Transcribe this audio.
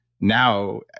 now